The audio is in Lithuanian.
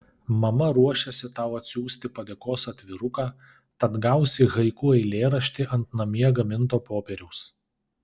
mama ruošiasi tau atsiųsti padėkos atviruką tad gausi haiku eilėraštį ant namie gaminto popieriaus